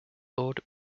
lord